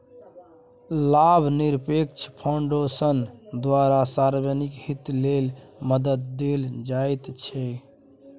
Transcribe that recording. लाभनिरपेक्ष फाउन्डेशनक द्वारा सार्वजनिक हित लेल मदद देल जाइत छै